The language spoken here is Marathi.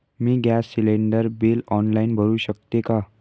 मी गॅस सिलिंडर बिल ऑनलाईन भरु शकते का?